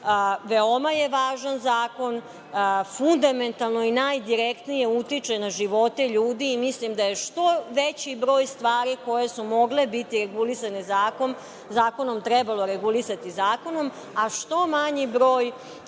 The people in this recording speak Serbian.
Veoma je važan zakon, fundamentalno i najdirektnije utiče na živote ljude i mislim da je što veći broj stvari koje su mogle biti regulisane zakonom, trebalo regulisati zakonom, a što manji broj